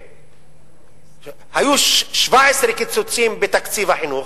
היו 17 קיצוצים בתקציב החינוך,